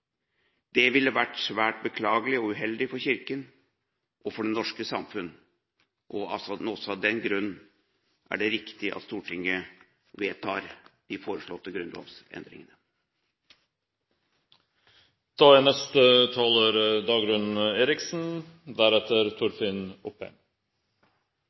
Det ville vært svært beklagelig og uheldig for Kirken og for det norske samfunn. Også av den grunn er det viktig at Stortinget vedtar de foreslåtte grunnlovsendringene. Dette er